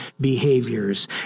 behaviors